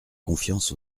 confiance